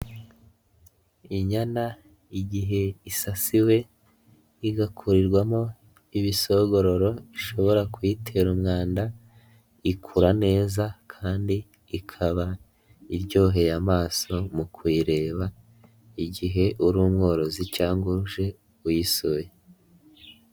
Inyana igihe isasiwe, igakurirwamo ibisogororo bishobora kuyitera umwanda, ikura neza kandi ikaba iryoheye amaso mu kuyireba, igihe uri umworozi cyangwa uje uyisuye.